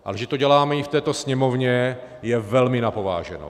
Ale že to děláme i v této Sněmovně, je velmi na pováženou.